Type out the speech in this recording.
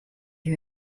you